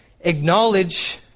acknowledge